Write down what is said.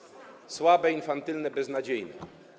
Słabe, infantylne, beznadziejne.